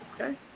okay